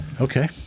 Okay